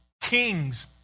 kings